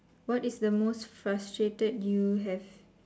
what is the most frustrated you have